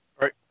Right